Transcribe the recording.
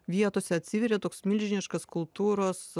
vietose atsiveria toks milžiniškas kultūros